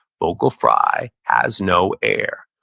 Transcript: vocal fry has no air.